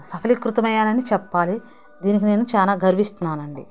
సఫలీకృతమయ్యానని చెప్పాలి దీనికి నేను చాలా గర్విస్తున్నాను అండి